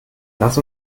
lass